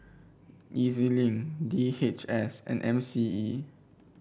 E Z Link D H S and M C E